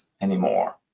anymore